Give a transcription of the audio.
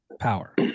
power